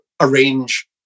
arrange